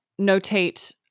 notate